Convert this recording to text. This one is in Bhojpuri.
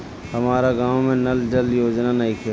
हमारा गाँव मे नल जल योजना नइखे?